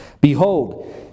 Behold